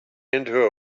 into